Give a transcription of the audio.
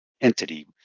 entity